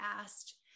asked